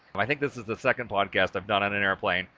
i think this is the second podcast, i've done on an airplane.